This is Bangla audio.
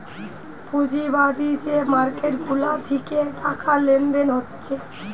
পুঁজিবাদী যে মার্কেট গুলা থিকে টাকা লেনদেন হচ্ছে